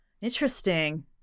interesting